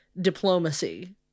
diplomacy